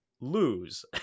lose